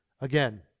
again